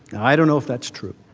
i don't know if that's true.